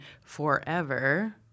forever